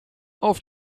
auf